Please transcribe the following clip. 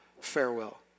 Farewell